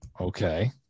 Okay